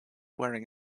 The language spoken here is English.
wearing